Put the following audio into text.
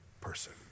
person